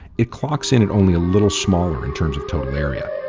it clocks in at only a little smaller in terms of total area.